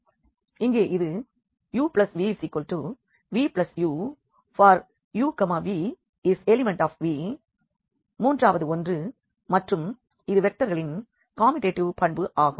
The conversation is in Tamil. எனவே இங்கே இது uvvu for uv∈V மூன்றாவது ஒன்று மற்றும் இது வெக்டர்களின் கம்யுடேடிவ் பண்பு ஆகும்